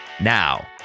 Now